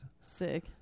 Sick